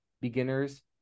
beginners